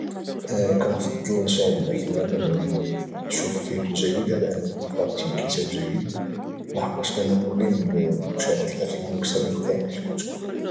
كانفضل نشاهد افلام يعني نشوف فيلم جيد على انني نقرا كتاب جيد لحقاش انا ملم مشاهده الافلام كتر من قراءه الكتب